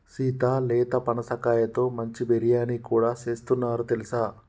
సీత లేత పనసకాయతో మంచి బిర్యానీ కూడా సేస్తున్నారు తెలుసా